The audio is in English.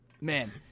man